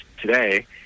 today